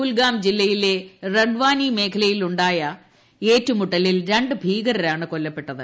കുൽഗാം ജില്ലയിലെ റഡ്വാനി മേഖലയിലുണ്ടായ ഏറ്റ്ട്രൂമുട്ടലിൽ രണ്ട് ഭീകരരാണ് കൊല്ലപ്പെട്ടത്